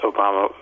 Obama